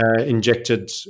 injected